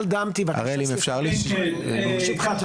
דמתי, ברשותך.